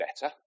better